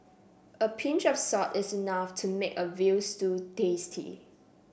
a pinch of salt is enough to make a veal stew tasty